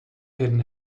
hidden